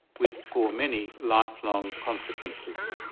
with, for many, lifelong consequences.